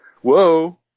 whoa